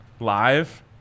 live